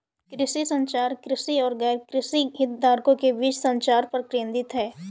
कृषि संचार, कृषि और गैरकृषि हितधारकों के बीच संचार पर केंद्रित है